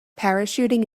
parachuting